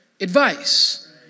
advice